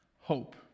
hope